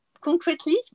concretely